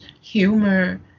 humor